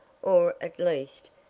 or, at least,